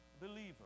believer